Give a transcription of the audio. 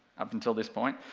up until this point,